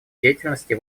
деятельности